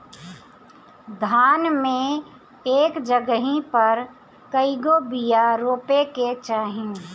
धान मे एक जगही पर कएगो बिया रोपे के चाही?